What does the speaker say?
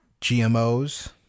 GMOs